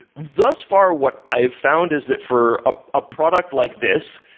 thus far, what i've found is that for a ah product like this,